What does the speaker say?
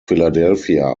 philadelphia